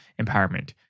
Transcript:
empowerment